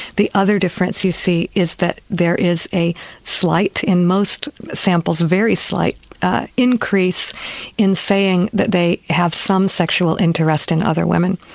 the other difference you see is that there is a slight, in most samples, very slight increase in saying that they have some sexual interest in other women.